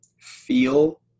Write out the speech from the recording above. feel